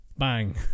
Bang